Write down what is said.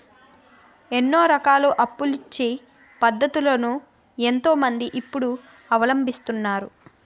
ఎన్నో రకాల అప్పులిచ్చే పద్ధతులను ఎంతో మంది ఇప్పుడు అవలంబిస్తున్నారు